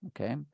Okay